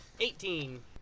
Eighteen